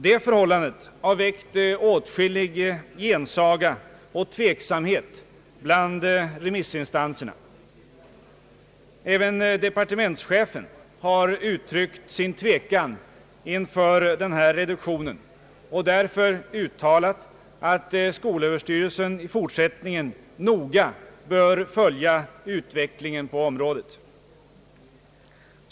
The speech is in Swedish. Det förhållandet har väckt åtskillig gensaga och tveksamhet bland remissinstanserna. Även departementschefen har uttryckt sin tvekan inför den här reduktionen och därför uttalat att skolöverstyrelsen i fortsättningen noga bör föl ja utvecklingen på området.